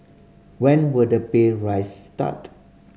when will the pay raise start